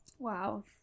wow